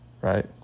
right